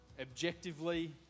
objectively